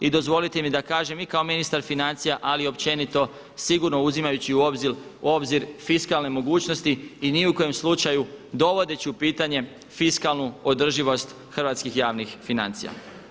I dozvolite mi da kažem i kao ministar financija ali i općenito sigurno uzimajući u obzir fiskalne mogućnosti i ni u kojem slučaju dovodeći u pitanje fiskalnu održivost hrvatskih javnih financija.